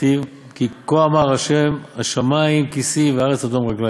דכתיב 'כה אמר ה' השמים כסאי והארץ הדם רגלי